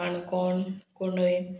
Canacona कुणय